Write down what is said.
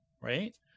right